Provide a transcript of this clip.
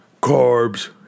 carbs